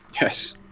yes